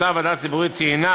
אותה ועדה ציבורית ציינה